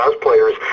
players